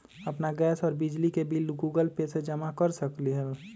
अपन गैस और बिजली के बिल गूगल पे से जमा कर सकलीहल?